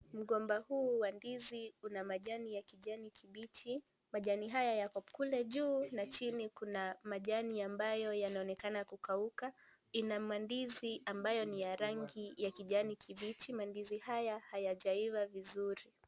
Mgomba huu wa ndizi una majani ya kijani kibichi, majani haya yako kule juu na chini kuna majani ambayo yanaonekana kukauka, ina mandizi ambayo ni ya rangi ya kijani kibichi, mandizi haya hayajaiva vizuri.